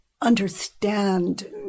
understand